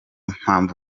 mpamvu